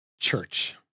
church